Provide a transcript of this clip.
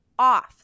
Off